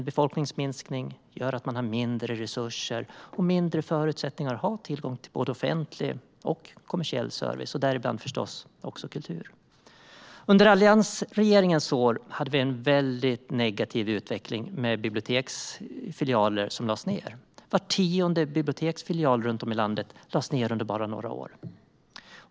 Befolkningsminskning gör att man har mindre resurser och mindre förutsättningar att ha tillgång till både offentlig och kommersiell service, däribland förstås också kultur. Under alliansregeringens år hade vi en mycket negativ utveckling med biblioteksfilialer som lades ned. Var tionde biblioteksfilial runt om i landet lades ned under bara några år.